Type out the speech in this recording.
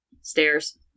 Stairs